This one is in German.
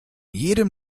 jedem